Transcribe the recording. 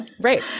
Right